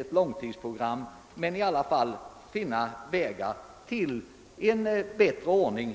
ett långtidsprogram måste man försöka finna vägar för att åstadkomma en bättre ordning.